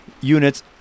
units